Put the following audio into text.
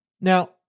Now